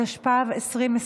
התשפ"ב 2021,